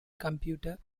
computer